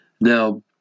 Now